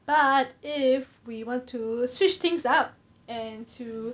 but if we were to switch things up and to